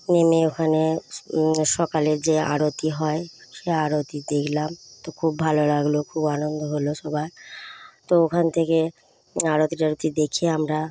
নেমে ওখানে সকালে যে আরতি হয় সেই আরতি দেখলাম তো খুব ভালো লাগলো খুব আনন্দ হলো সবার তো ওখান থেকে আরতি টারতি দেখে আমরা